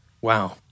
wow